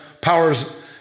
powers